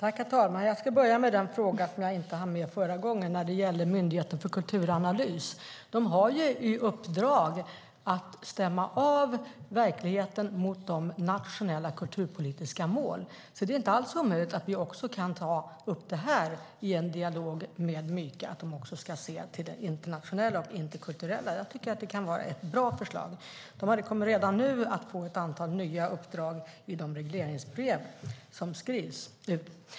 Herr talman! Jag ska börja med den fråga som jag inte hann med förra gången om Myndigheten för kulturanalys. De har i uppdrag att stämma av verkligheten mot de nationella kulturpolitiska målen, så det är inte alls omöjligt att vi också kan ta upp detta i en dialog med Myka, att de också ska se på det internationella och det interkulturella. Jag tycker att det kan vara ett bra förslag. De kommer redan nu att få ett antal nya uppdrag i de regleringsbrev som skrivs.